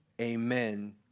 amen